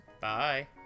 Bye